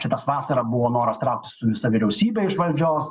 čia tas vasarą buvo noras trauktis su visa vyriausybe iš valdžios